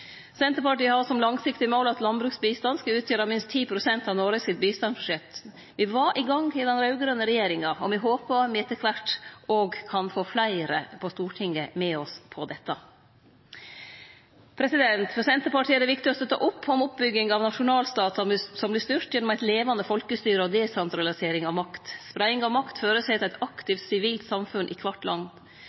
Senterpartiet har som langsiktig mål at landbruksbistand skal utgjere minst 10 pst. av Noregs bistandsbudsjett. Me var i gang i den raud-grøne regjeringa, og me håpar me etter kvart òg kan få fleire på Stortinget med oss på dette. For Senterpartiet er det viktig å støtte opp om oppbygging av nasjonalstatar som vert styrte gjennom eit levande folkestyre og desentralisering av makt. Spreiing av makt føreset eit aktivt sivilt samfunn i kvart